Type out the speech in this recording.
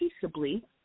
Peaceably